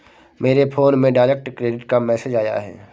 मेरे फोन में direct credit का मैसेज आया है